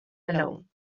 alone